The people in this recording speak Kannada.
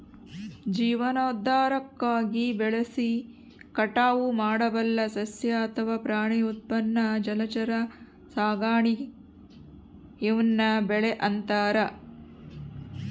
ಜೀವನಾಧಾರಕ್ಕಾಗಿ ಬೆಳೆಸಿ ಕಟಾವು ಮಾಡಬಲ್ಲ ಸಸ್ಯ ಅಥವಾ ಪ್ರಾಣಿ ಉತ್ಪನ್ನ ಜಲಚರ ಸಾಕಾಣೆ ಈವ್ನ ಬೆಳೆ ಅಂತಾರ